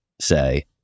say